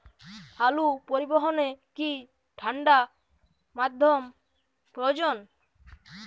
আলু পরিবহনে কি ঠাণ্ডা মাধ্যম প্রয়োজন?